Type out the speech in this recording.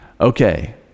Okay